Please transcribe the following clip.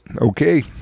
Okay